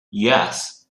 yes